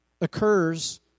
occurs